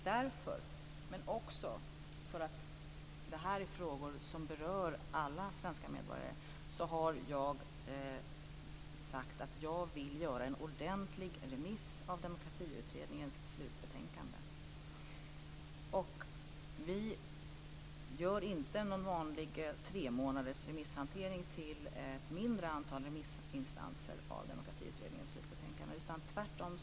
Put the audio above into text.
Därför, men också därför att de här frågorna berör alla svenska medborgare, har jag sagt att jag vill göra en ordentlig remiss av Demokratiutredningens slutbetänkande. Vi gör inte en vanlig tremånadersremisshantering med ett mindre antal remissinstanser när det gäller Demokratiutredningens slutbetänkande.